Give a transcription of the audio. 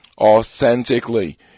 authentically